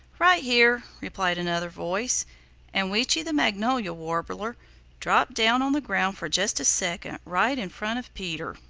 right here, replied another voice and weechi the magnolia warbler dropped down on the ground for just a second right in front of peter.